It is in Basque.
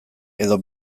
edo